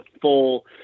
full